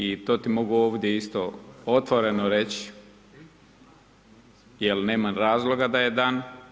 I to ti mogu ovdje isto otvoreno reći jer nemam razloga da je dam.